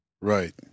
Right